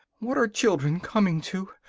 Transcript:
what are children coming to!